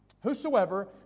Whosoever